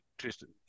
Tristan